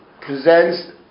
presents